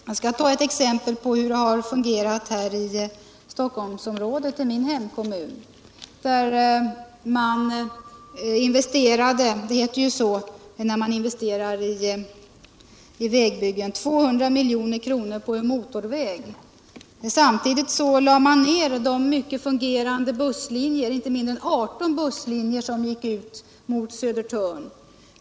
Jag kan för att visa hur det har fungerat här i Stockholmsområdet som exempel nämna min egen hemkommun, där man investerade — det heter ju så när man bygger vägar — 200 miljoner i en motorväg. Samtidigt lade man ned inte mindre än 18 busslinjer som gick ut mot Södertörn.